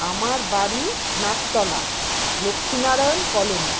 আমার বাড়ি নাকতলা লক্ষ্মীনারায়ণ কলোনি